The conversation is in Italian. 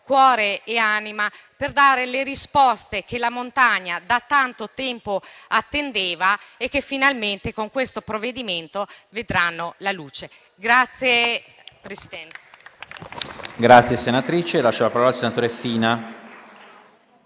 cuore e anima per dare le risposte che la montagna da tanto tempo attendeva e che finalmente con questo provvedimento vedranno la luce.